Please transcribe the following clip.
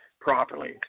properly